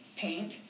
paint